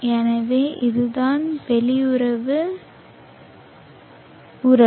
எனவே இதுதான் வெளிவரும் உறவு